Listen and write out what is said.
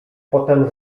potem